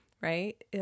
right